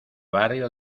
barrio